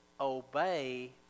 obey